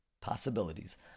possibilities